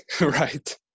Right